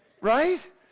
right